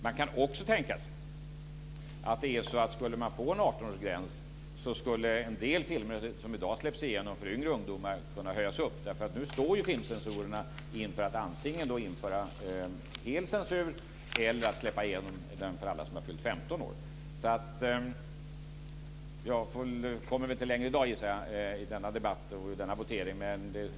Man kan också tänka sig att åldersgränsen för en del filmer som i dag släpps igenom för yngre ungdomar skulle kunna höjas om man får en 18-årsgräns. Nu står filmcensorerna inför att antingen införa hel censur eller släppa den för alla som har fyllt 15 år. Jag kommer inte längre i dag, gissar jag, i denna debatt och vad gäller denna votering.